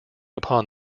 upon